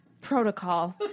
protocol